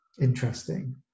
interesting